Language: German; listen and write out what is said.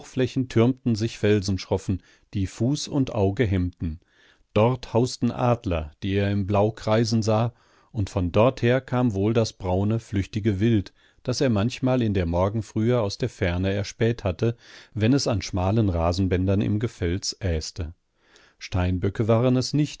hochflächen türmten sich felsenschroffen die fuß und auge hemmten dort hausten adler die er im blau kreisen sah und von dorther kam wohl das braune flüchtige wild das er manchmal in der morgenfrühe aus der ferne erspäht hatte wenn es an schmalen rasenbändern im gefels äste steinböcke waren es nicht